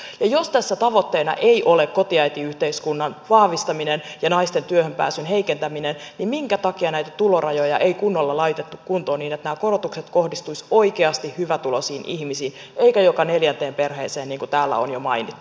ja jos tässä tavoitteena ei ole kotiäitiyhteiskunnan vahvistaminen ja naisten työhönpääsyn heikentäminen niin minkä takia näitä tulorajoja ei kunnolla laitettu kuntoon niin että nämä korotukset kohdistuisivat oikeasti hyvätuloisiin ihmisiin eivätkä joka neljänteen perheeseen niin kuin täällä on jo mainittu